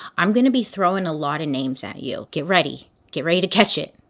i'm gonna be throwing a lot of names at you, get ready. get ready to catch it.